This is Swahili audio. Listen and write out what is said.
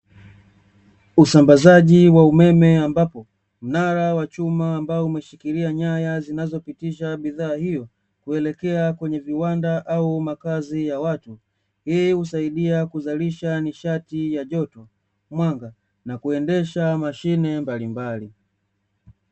Usambazaji wa umeme, ambapo mnara wa chuma ambao, umeshikilia nyaya zinazopitisha bidhaa hiyo. kuelekea kwenye viwanda au makazi ya watu. hii husaidia kuzalisha nishati ya joto, mwanga na kuendesha mashine mbalimbali.